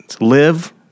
Live